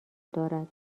دارد